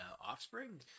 offspring